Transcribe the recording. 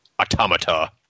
Automata